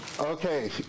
Okay